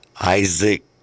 Isaac